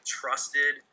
trusted